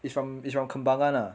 is from its from kembangan lah